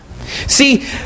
See